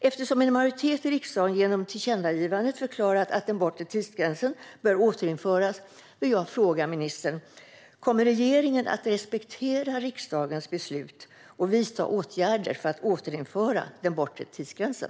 Eftersom en majoritet i riksdagen genom tillkännagivandet förklarat att den bortre tidsgränsen bör återinföras vill jag ställa följande fråga till ministern: Kommer regeringen att respektera riksdagens beslut och vidta åtgärder för att återinföra den bortre tidsgränsen?